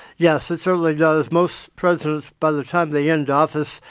yes, it certainly does. most presidents by the time they end office,